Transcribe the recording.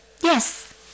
Yes